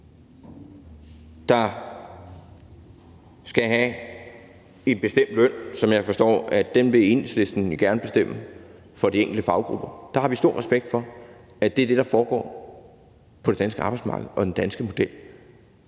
der skal have en bestemt løn, som jeg forstår Enhedslisten gerne vil bestemme for de enkelte faggrupper. Der har vi stor respekt for, at det er det, der foregår på det danske arbejdsmarked og i den danske model.